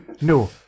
No